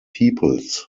peoples